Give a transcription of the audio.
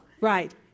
Right